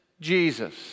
Jesus